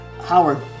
Howard